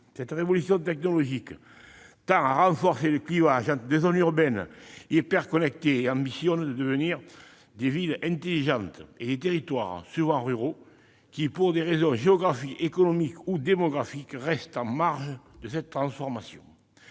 Cette révolution technologique tend à renforcer le clivage entre des zones urbaines hyperconnectées, qui ambitionnent de devenir des « villes intelligentes », et des territoires, souvent ruraux, qui, pour des raisons géographiques, économiques ou démographiques, restent en marge de cette transformation.